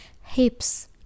hips